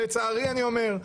לצערי אני אומר,